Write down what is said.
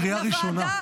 קריאה ראשונה.